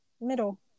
middle